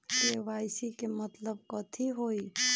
KYC के मतलब कथी होई?